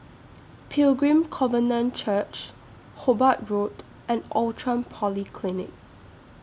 Pilgrim Covenant Church Hobart Road and Outram Polyclinic